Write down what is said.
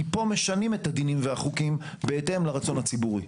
כי פה משנים את הדינים והחוקים בהתאם לרצון הציבורי.